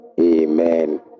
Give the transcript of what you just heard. Amen